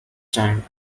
time